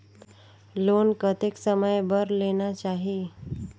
Loan कतेक समय बर लेना चाही?